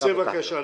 תצא בבקשה.